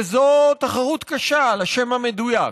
וזו תחרות קשה לשם המדויק.